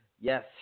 Yes